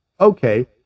Okay